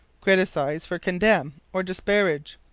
criticise for condemn, or disparage.